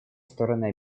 стороны